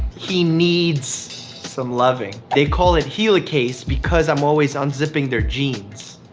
he kneads some loving. they call it helicase because i'm always unzipping their genes.